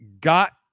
got